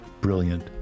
brilliant